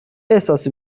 احساسی